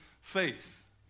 faith